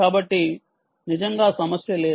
కాబట్టి నిజంగా సమస్య లేదు